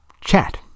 Chat